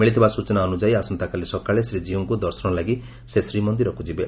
ମିଳିଥିବା ସୂଚନା ଅନୁଯାୟୀ ଆସନ୍ତାକାଲି ସକାଳେ ଶ୍ରୀକୀଉଙ୍କୁ ଦର୍ଶନ ଲାଗି ସେ ଶ୍ରୀମନ୍ଦିରକୁ ଯିବେ